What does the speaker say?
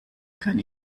kann